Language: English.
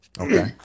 Okay